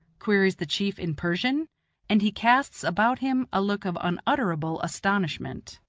queries the chief in persian and he casts about him a look of unutterable astonishment.